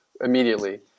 immediately